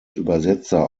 übersetzer